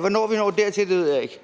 hvornår vi når dertil, ved jeg ikke.